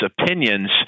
opinions